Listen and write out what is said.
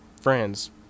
friends